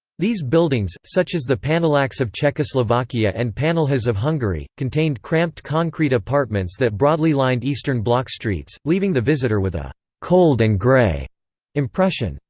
these buildings, such as the panelaks of czechoslovakia and panelhaz of hungary, contained cramped concrete apartments that broadly lined eastern bloc streets, leaving the visitor with a cold and grey impression.